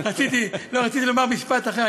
לא, רציתי לומר משפט אחר.